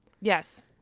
Yes